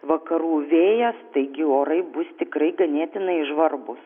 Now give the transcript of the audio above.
vakarų vėjas taigi orai bus tikrai ganėtinai žvarbūs